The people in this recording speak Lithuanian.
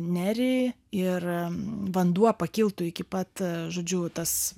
nerį ir vanduo pakiltų iki pat žodžiu tas